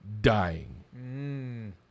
dying